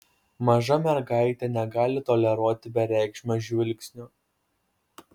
maža mergaitė negali toleruoti bereikšmio žvilgsnio